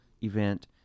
event